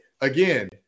again